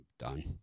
done